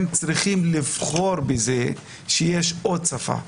הם צריכים לבחור בכך שיש שפה נוספת,